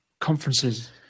conferences